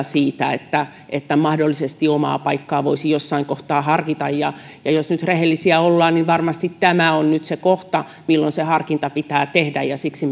siitä että että mahdollisesti omaa paikkaa voisi jossain kohtaa harkita niin jos nyt rehellisiä ollaan varmasti tämä on nyt se kohta milloin se harkinta pitää tehdä siksi